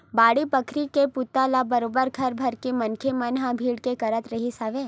बाड़ी बखरी के बूता ल बरोबर घर भरके मनखे मन भीड़ के करत रिहिस हवय